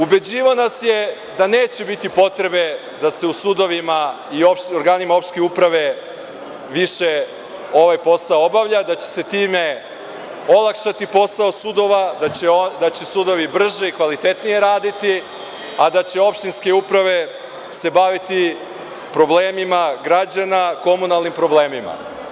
Ubeđivao nas je da neće biti potrebe da se u sudovima i organima opštinske uprave više ovaj posao obavlja, da će se time olakšati posao sudova, da će sudovi brže i kvalitetnije raditi, a da će opštinske uprave se baviti problemima građana, komunalnim problemima.